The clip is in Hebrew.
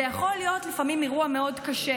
זה יכול להיות לפעמים אירוע מאוד קשה,